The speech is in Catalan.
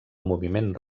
moviment